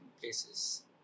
places